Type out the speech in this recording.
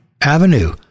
Avenue